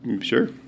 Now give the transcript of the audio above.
Sure